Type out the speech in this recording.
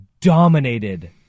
dominated